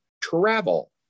travel